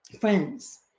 Friends